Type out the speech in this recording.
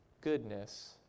goodness